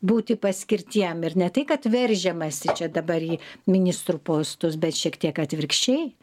būti paskirtiem ir ne tai kad veržiamasi čia dabar į ministrų postus bet šiek tiek atvirkščiai